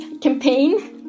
campaign